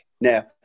Now